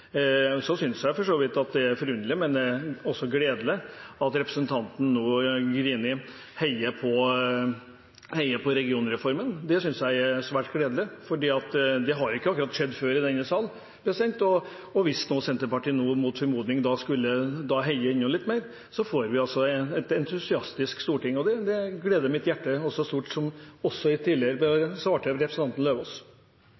regionreform. Så synes jeg for så vidt at det er forunderlig, men også gledelig, at representanten Grini nå heier på regionreformen. Det synes jeg er svært gledelig, for det har ikke akkurat skjedd før i denne sal, og hvis Senterpartiet nå, mot formodning, skulle heie enda litt mer, får vi altså et entusiastisk storting. Det gleder mitt hjerte stort, som jeg tidligere også svarte representanten Lauvås. Representanten Skjelstad trives veldig godt i